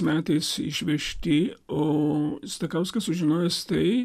metais išvežti o stakauskas sužinojęs tai